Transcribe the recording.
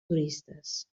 turistes